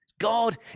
God